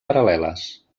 paral·leles